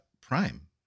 prime